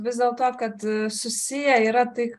vis dėlto kad susiję yra tai